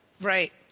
right